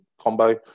combo